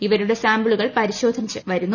ഇവരുടെ സാമ്പിളുകൾ പരിശോധിച്ചു വരുന്നു